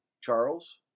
Charles